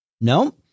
no